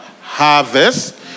harvest